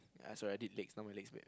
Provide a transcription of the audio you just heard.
ya sorry I did legs now my legs weird